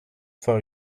for